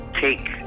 take